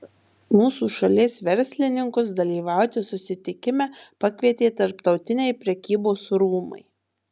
mūsų šalies verslininkus dalyvauti susitikime pakvietė tarptautiniai prekybos rūmai